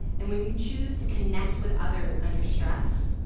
and when you choose to connect with others under stress,